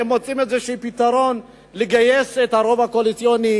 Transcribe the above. מוצאת איזשהו פתרון בגיוס הרוב הקואליציוני